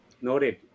noted